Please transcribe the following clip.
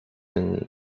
and